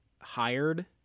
hired